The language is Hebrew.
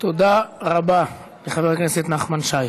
תודה רבה לחבר הכנסת נחמן שי.